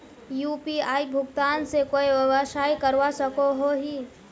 UPI भुगतान से कोई व्यवसाय करवा सकोहो ही?